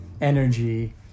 energy